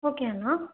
okay Anna